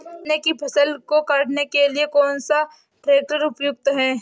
गन्ने की फसल को काटने के लिए कौन सा ट्रैक्टर उपयुक्त है?